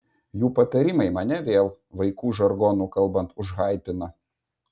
jų patarimai mane vėl vaikų žargonu kalbant užhaipina